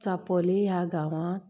चापोली ह्या गांवांत